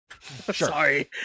Sorry